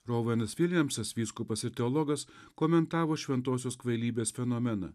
rovanas viljamsas vyskupas ir teologas komentavo šventosios kvailybės fenomeną